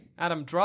Adam